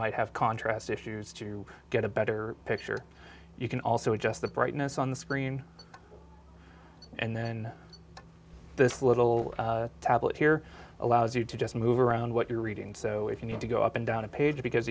might have contrast issues to get a better picture you can also just the brightness on the screen and then this little tablet here allows you to just move around what you're reading so if you need to go up and down a page because